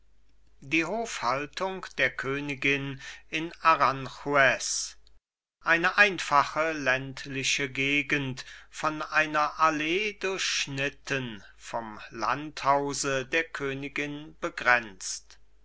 die hofhaltung der königin in aranjuez eine einfache ländliche gegend von einer allee durchschnitten vom landhause der königin begrenzt